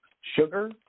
sugar